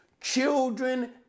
children